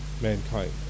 mankind